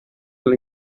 alle